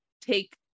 take